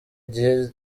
igihe